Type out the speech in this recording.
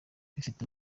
bifite